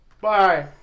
Bye